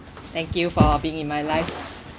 thank you for being in my life